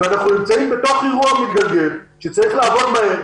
ואנחנו נמצאים בתוך אירוע מתגלגל שבו צריך לעבוד מהר,